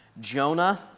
Jonah